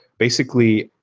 basically,